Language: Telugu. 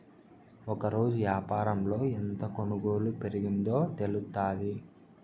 ఒకరోజు యాపారంలో ఎంత కొనుగోలు పెరిగిందో తెలుత్తాది